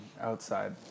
outside